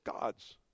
God's